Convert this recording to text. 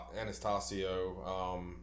Anastasio